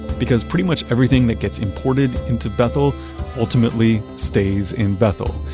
because pretty much everything that gets imported into bethel ultimately stays in bethel.